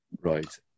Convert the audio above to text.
Right